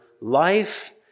life